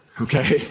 Okay